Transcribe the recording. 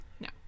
No